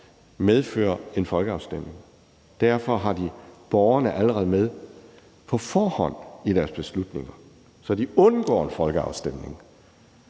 medføre en folkeafstemning? Derfor har de borgerne med allerede på forhånd i deres beslutninger, så de undgår en folkeafstemning.